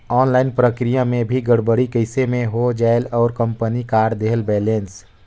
Online प्रक्रिया मे भी गड़बड़ी कइसे मे हो जायेल और कंपनी काट देहेल बैलेंस?